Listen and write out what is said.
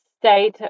state